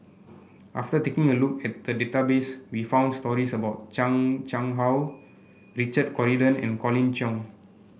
after taking a look at database we found stories about Chan Chang How Richard Corridon and Colin Cheong